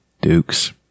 Dukes